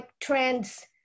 trends